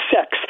sex